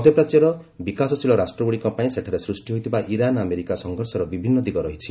ମଧ୍ୟପ୍ରାଚ୍ୟର ବିକାଶଶୀଳ ରାଷ୍ଟ୍ରଗୁଡ଼ିକ ପାଇଁ ସେଠାରେ ସୃଷ୍ଟି ହୋଇଥିବା ଇରାନ୍ ଆମେରିକା ସଂଘର୍ଷର ବିଭିନ୍ନ ଦିଗ ରହିଛି